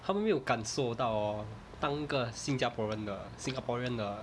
他们没有感受到当个新加坡人的 singaporean 的